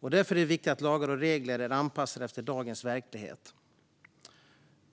Därför är det viktigt att lagar och regler är anpassade efter dagens verklighet.